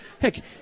Heck